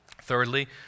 Thirdly